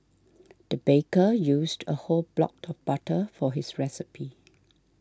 the baker used a whole block of butter for his recipe